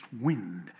wind